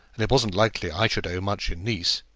and it wasn't likely i should owe much in nice.